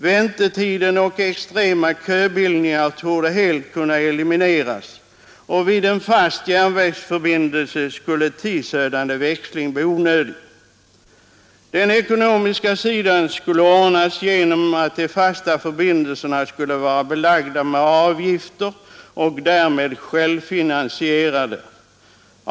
Väntetid och extrema köbildningar torde helt kunna elimineras. Vid en fast järnvägsförbindelse skulle tidsödande växling bli onödig. Den ekonomiska sidan skulle ordnas genom att de fasta förbindelserna skulle vara belagda med avgifter och därmed självfinansierande.